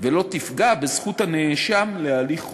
ולא תפגע בזכות הנאשם להליך הוגן.